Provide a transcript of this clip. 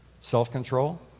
self-control